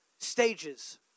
stages